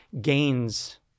gains